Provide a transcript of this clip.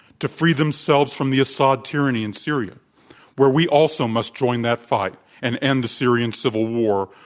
to free themselves from the assad tyranny in syria where we also must join that fight and end the syrian civil war,